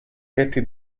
katie